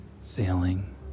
sailing